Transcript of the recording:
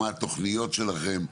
מה התוכניות שלכם,